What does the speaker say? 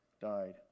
died